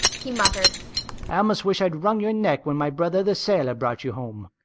he muttered, i almost wish i'd wrung your neck when my brother the sailor brought you home.